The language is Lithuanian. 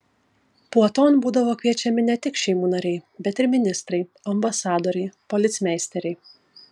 puoton būdavo kviečiami ne tik šeimų nariai bet ir ministrai ambasadoriai policmeisteriai